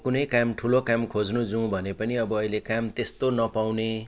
कुनै काम ठुलो काम खोज्नु जाउँ भने पनि अब अहिले काम त्यस्तो नपाउने